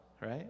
right